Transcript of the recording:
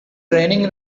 raining